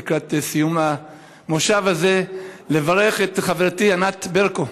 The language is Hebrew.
לקראת סיום המושב הזה לברך את חברתי ענת ברקו,